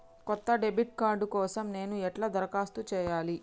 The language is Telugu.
కొత్త డెబిట్ కార్డ్ కోసం నేను ఎట్లా దరఖాస్తు చేయాలి?